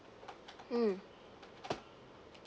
mm